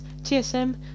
TSM